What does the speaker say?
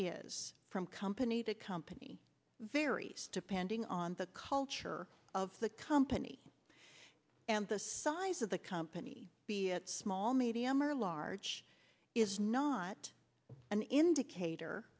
is from company the company varies depending on the culture of the company and the size of the company small medium or large is not an indicator